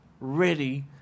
ready